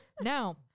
Now